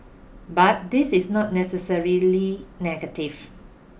but this is not necessarily negative